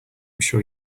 sure